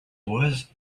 was